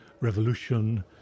revolution